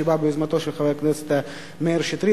שבאה ביוזמתו של חבר הכנסת מאיר שטרית,